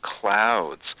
clouds